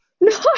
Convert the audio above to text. No